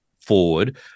forward